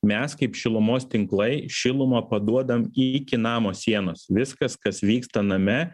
mes kaip šilumos tinklai šilumą paduodam iki namo sienos viskas kas vyksta name